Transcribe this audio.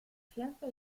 fianza